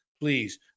please